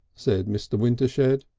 said mr. wintershed.